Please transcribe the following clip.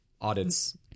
audits